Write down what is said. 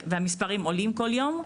והמספרים עולים כל יום,